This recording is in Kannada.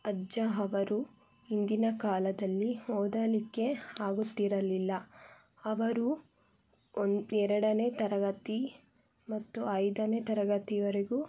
ಅಜ್ಜ ಅವರು ಹಿಂದಿನ ಕಾಲದಲ್ಲಿ ಓದಲಿಕ್ಕೆ ಆಗುತ್ತಿರಲಿಲ್ಲ ಅವರು ಒಂ ಎರಡನೇ ತರಗತಿ ಮತ್ತು ಐದನೇ ತರಗತಿವರೆಗೂ